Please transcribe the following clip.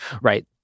Right